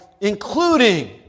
including